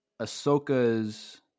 Ahsoka's